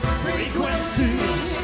frequencies